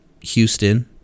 Houston